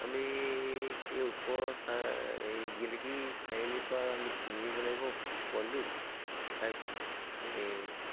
আমি এই ওচৰৰ এই গেলেকী চাৰিআলিৰপৰা আমি কিনি নিব লাগিব পোৱালিটো তাৰপিছত এই